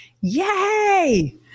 Yay